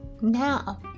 now